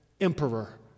Emperor